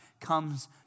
comes